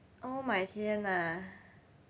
oh my 天 ah